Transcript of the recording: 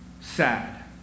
sad